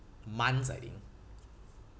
months I think